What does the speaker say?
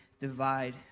divide